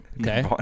Okay